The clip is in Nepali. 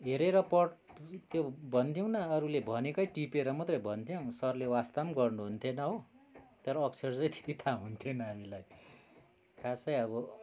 हेरेर पढ् त्यो भन्थ्यौँ न अरूले भनेकै टिपेर मात्रै भन्थ्यौँ सरले वास्ता पनि गर्नुहुन्थेन हो तर अक्षर चाहिँ त्यति थाहा हुन्थेन नानीलाई खासै अब